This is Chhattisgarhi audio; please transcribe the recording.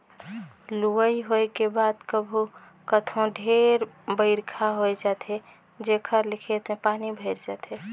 लुवई होए के बाद कभू कथों ढेरे बइरखा होए जाथे जेखर ले खेत में पानी भइर जाथे